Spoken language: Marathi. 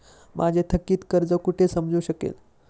माझे थकीत कर्ज कुठे समजू शकेल?